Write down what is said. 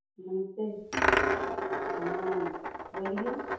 नमस्ते हाँ बोलिये